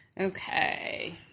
Okay